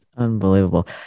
Unbelievable